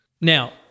now